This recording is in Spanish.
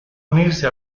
unirse